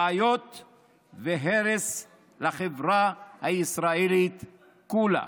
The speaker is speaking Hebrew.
בעיות והרס לחברה הישראלית כולה.